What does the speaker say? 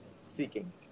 seeking